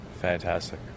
fantastic